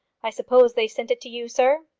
i suppose they sent it to you, sir?